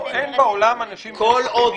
אין בעולם אנשים חפים מאינטרסים.